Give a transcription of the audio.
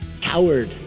coward